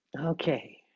Okay